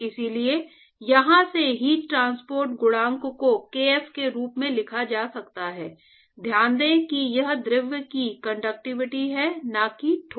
इसलिए यहाँ से हीट ट्रांसपोर्ट गुणांक को kf के रूप में लिखा जा सकता है ध्यान दें कि यह द्रव की कंडक्टिविटी है न कि ठोस